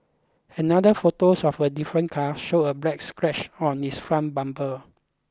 another photos of a different car showed a black scratch on its front bumper